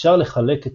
אפשר לחלק את